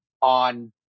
on